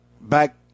back